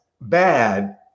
bad